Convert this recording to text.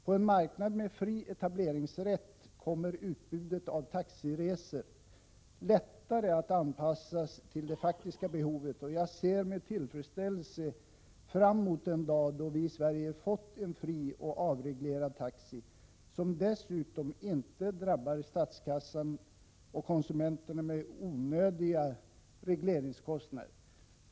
På en marknad med fri etableringsrätt kommer utbudet av taxiresor lättare att anpassas till det faktiska behovet, och jag ser med tillfredsställelse fram mot den dag då vi i Sverige fått en fri och avreglerad taxi, som dessutom inte drabbar statskassan och konsumenterna med onödiga regleringskostnader.